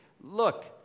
Look